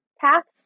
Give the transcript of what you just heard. paths